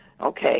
Okay